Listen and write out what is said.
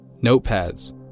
notepads